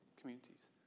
communities